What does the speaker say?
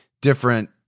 different